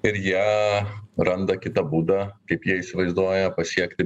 ir jie randa kitą būdą kaip jie įsivaizduoja pasiekti